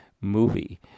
movie